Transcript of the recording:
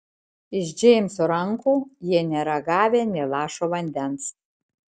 iš džeimso rankų jie nėra gavę nė lašo vandens